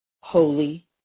holy